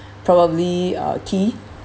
probably uh key